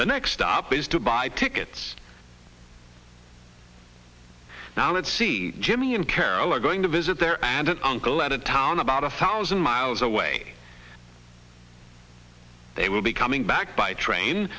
the next stop is to buy tickets now let's see jimmy and carol are going to visit there and uncle at a town about a thousand miles away they will be coming back by train